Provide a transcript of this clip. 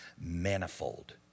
manifold